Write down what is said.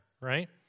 right